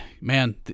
man